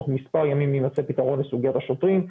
תוך מספר ימים יימצא פתרון לסוגיית השוטרים.